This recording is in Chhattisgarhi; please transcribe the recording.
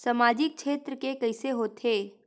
सामजिक क्षेत्र के कइसे होथे?